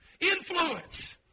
Influence